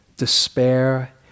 despair